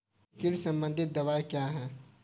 कीट संबंधित दवाएँ क्या हैं?